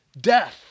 death